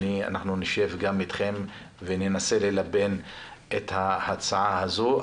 נשב גם איתכם וננסה ללבן את ההצעה הזו.